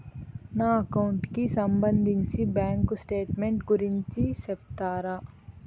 నా అకౌంట్ కి సంబంధించి బ్యాంకు స్టేట్మెంట్ గురించి సెప్తారా